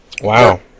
wow